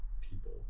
people